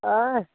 आह